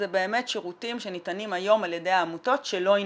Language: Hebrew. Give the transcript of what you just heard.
זה באמת שירותים שניתנים היום על ידי העמותות שלא יינתנו.